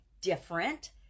different